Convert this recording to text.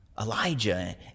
Elijah